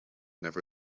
never